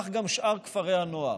וכך גם שאר כפרי הנוער.